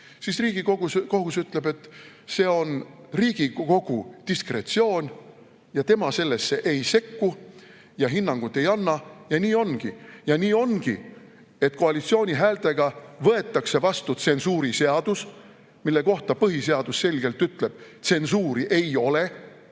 siis Riigikohus ütleb, et see on Riigikogu diskretsioon ja tema sellesse ei sekku ja hinnangut ei anna. Ja nii ongi! Ja nii ongi, et koalitsiooni häältega võetakse vastu tsensuuriseadus, mille kohta põhiseadus selgelt ütleb, et tsensuuri ei ole.